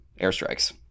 airstrikes